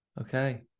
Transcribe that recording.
okay